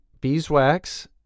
Beeswax